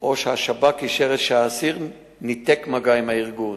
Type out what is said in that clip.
או שהשב"כ אישר שהאסיר ניתק מגע עם הארגון.